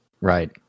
Right